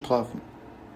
strafen